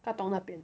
katong 那边